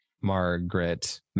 Margaret